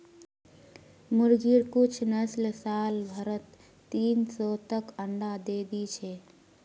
मुर्गिर कुछ नस्ल साल भरत तीन सौ तक अंडा दे दी छे